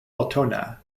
altona